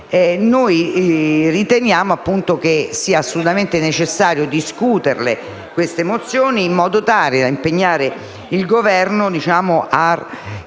riteniamo sia assolutamente necessario discutere queste mozioni in modo tale da impegnare il Governo a recuperare